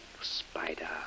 spider